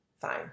fine